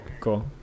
cool